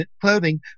clothing